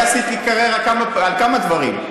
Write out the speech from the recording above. אני עשיתי קריירה בכמה דברים,